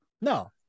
No